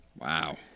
Wow